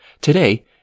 Today